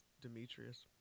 Demetrius